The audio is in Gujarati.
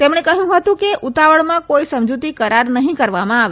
તેમણે કહથું હતું કે ઉતાવળમાં કોઇ સમજુતી કરાર નહી કરવામાં આવે